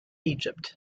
egypt